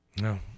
No